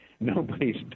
nobody's